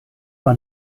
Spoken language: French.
par